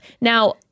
now